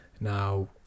Now